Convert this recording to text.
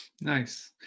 Nice